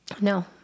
No